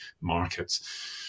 markets